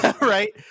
Right